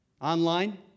online